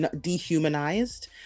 dehumanized